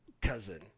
cousin